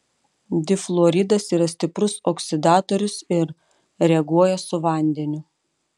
difluoridas yra stiprus oksidatorius ir reaguoja su vandeniu